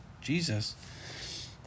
Jesus